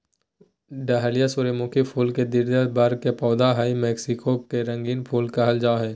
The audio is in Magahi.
डहेलिया सूर्यमुखी फुल के द्विदल वर्ग के पौधा हई मैक्सिको के रंगीन फूल कहल जा हई